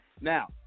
Now